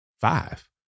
Five